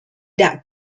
that